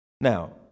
Now